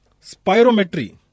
Spirometry